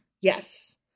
Yes